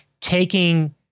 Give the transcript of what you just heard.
taking